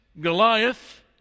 Goliath